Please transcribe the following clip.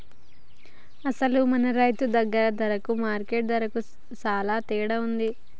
అసలు మన రైతు దగ్గర ధరకు మార్కెట్ ధరకు సాలా తేడా ఉంటుంది